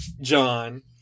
john